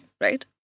right